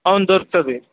అవును దొరుకుతుంది